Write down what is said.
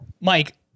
Mike